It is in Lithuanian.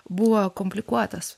buvo komplikuotas